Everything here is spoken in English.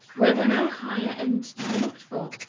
were there no higher end to be looked for,